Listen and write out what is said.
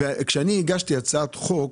כשאני הגשתי הצעת חוק